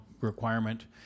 requirement